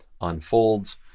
unfolds